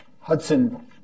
Hudson